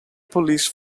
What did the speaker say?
police